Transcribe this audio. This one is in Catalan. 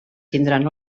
tindran